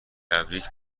تبریگ